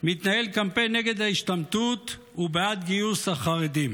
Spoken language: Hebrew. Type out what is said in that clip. מתנהל קמפיין נגד ההשתמטות ובעד גיוס החרדים.